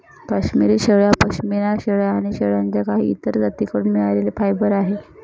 काश्मिरी शेळ्या, पश्मीना शेळ्या आणि शेळ्यांच्या काही इतर जाती कडून मिळालेले फायबर आहे